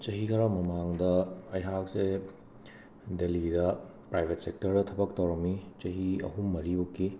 ꯆꯍꯤ ꯈꯔ ꯃꯃꯥꯡꯗ ꯑꯩꯍꯥꯛꯁꯦ ꯗꯦꯂꯤꯗ ꯄ꯭ꯔꯥꯏꯕꯦꯠ ꯁꯦꯛꯇꯔꯗ ꯊꯕꯛ ꯇꯧꯔꯝꯃꯤ ꯆꯍꯤ ꯑꯍꯨꯝ ꯃꯔꯤꯃꯨꯛꯀꯤ